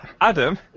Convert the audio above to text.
Adam